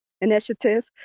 initiative